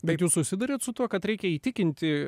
bet jūs susiduriat su tuo kad reikia įtikinti